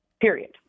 period